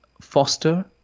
foster